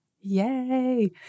Yay